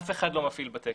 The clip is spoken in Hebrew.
אף אחד לא מפעיל בתקן.